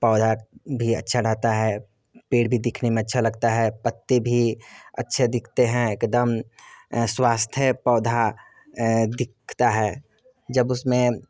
पौधा भी अच्छा रहता है पेड़ भी दिखने में अच्छा लगता है पत्ते भी अच्छे दिखते हैं एक दम स्वस्थ है पौधा दिखता है जब उसमें